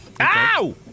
Ow